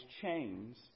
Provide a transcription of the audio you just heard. chains